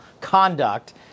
conduct